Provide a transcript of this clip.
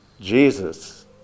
Jesus